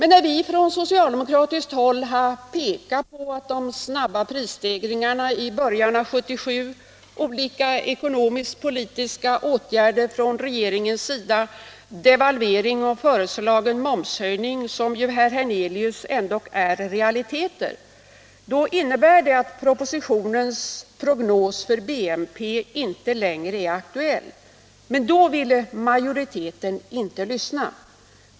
När vi från socialdemokratiskt håll påpekade att den snabba prisstegringen i början av 1977 och olika ekonomisk-politiska åtgärder från regeringens sida — devalvering och föreslagen momshöjning, som ju ändå, herr Hernelius, är realiteter — innebär att propositionens prognos för BNP inte längre är aktuell, då ville majoriteten inte lyssna.